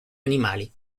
animali